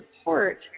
support